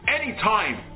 anytime